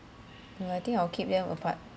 uh I think I'll keep them apart